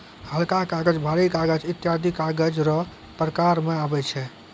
हलका कागज, भारी कागज ईत्यादी कागज रो प्रकार मे आबै छै